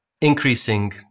Increasing